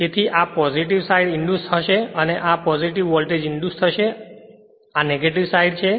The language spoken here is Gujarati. તેથી આ પોજિટિવ સાઈડ ઇંડ્યુસ હશે અને આ પોજિટિવ વોલ્ટેજ ઇંડ્યુસ થશે અને આ સાઈડ નેગેટિવ છે